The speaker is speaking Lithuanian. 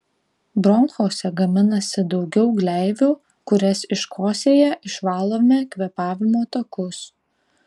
bronchuose gaminasi daugiau gleivių kurias iškosėję išvalome kvėpavimo takus